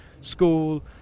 school